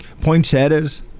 poinsettias